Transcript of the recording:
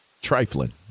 trifling